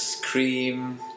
cream